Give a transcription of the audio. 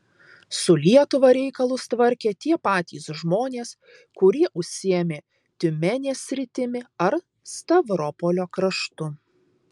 su lietuva reikalus tvarkė tie patys žmonės kurie užsiėmė tiumenės sritimi ar stavropolio kraštu